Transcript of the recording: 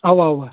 اَوا اَوا